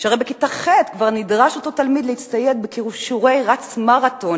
שהרי בכיתה ח' כבר נדרש אותו תלמיד להצטייד בכישורי רץ מרתון